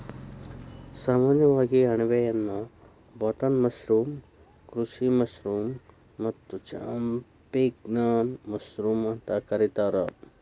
ಸಾಮಾನ್ಯವಾಗಿ ಅಣಬೆಯನ್ನಾ button mushroom, ಕೃಷಿ ಮಶ್ರೂಮ್ ಮತ್ತ ಚಾಂಪಿಗ್ನಾನ್ ಮಶ್ರೂಮ್ ಅಂತ ಕರಿತಾರ